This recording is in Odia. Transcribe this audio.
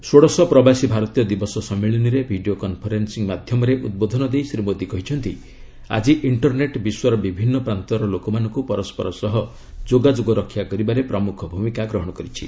ଷୋଡ଼ଶ ପ୍ରବାସୀ ଭାରତୀୟ ଦିବସ ସମ୍ମିଳନୀରେ ଭିଡ଼ିଓ କନ୍ଫରେନ୍ସିଂ ମାଧ୍ୟମରେ ଉଦ୍ବୋଧନ ଦେଇ ଶ୍ରୀ ମୋଦି କହିଛନ୍ତି ଆଜି ଇଣ୍ଟର୍ନେଟ୍ ବିଶ୍ୱର ବିଭିନ୍ନ ପ୍ରାନ୍ତର ଲୋକମାନଙ୍କୁ ପରସ୍କର ସହ ଯୋଗାଯୋଗ ରକ୍ଷା କରିବାରେ ପ୍ରମୁଖ ଭୂମିକା ଗ୍ରହଣ କରିଛି